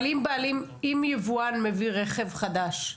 אבל אם היבואן מביא רכב חדש,